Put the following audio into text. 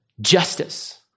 justice